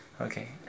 Okay